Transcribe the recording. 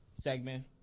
segment